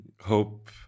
hope